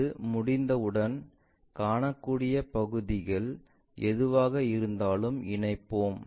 அது முடிந்தவுடன் காணக்கூடிய பகுதிகள் எதுவாக இருந்தாலும் இணைப்போம்